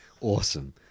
awesome